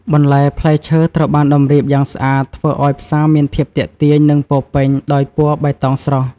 បន្លែ ផ្លែឈើ ត្រូវបានតម្រៀបយ៉ាងស្អាត ធ្វើឱ្យផ្សារមានភាពទាក់ទាញ និងពោរពេញដោយពណ៌បៃតងស្រស់។